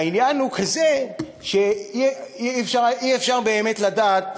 העניין הוא כזה שאי-אפשר באמת לדעת